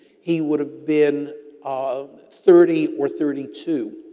he would've been um thirty or thirty two.